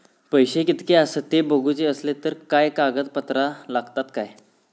पैशे कीतके आसत ते बघुचे असले तर काय कागद पत्रा लागतात काय?